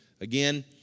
again